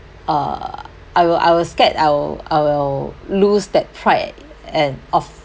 uh I will I will scared I'll I will lose that pride and of